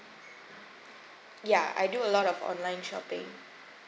ya I do a lot of online shopping